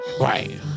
right